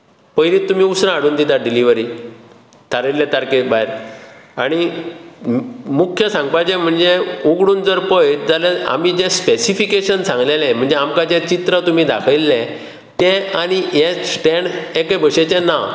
पयलींच तुमी उसरां हाडून दितात डिलिव्हरी थारायल्ल्या तारखे भायर आनी मुख्य सांगपाचें म्हणजे उगडून जर पळयत जाल्यार आमी जें स्पॅसिफिकेशन सांगिल्लें म्हणजें आमकां जें चित्र तुमी दाखयिल्लें तें आनी हें स्टॅण्ड एके भशेचें ना